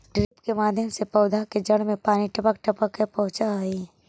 drip के माध्यम से पौधा के जड़ में पानी टपक टपक के पहुँचऽ हइ